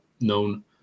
known